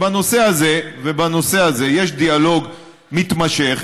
בנושא הזה יש דיאלוג מתמשך.